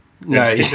No